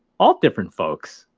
all different folks,